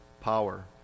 power